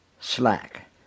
Slack